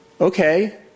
Okay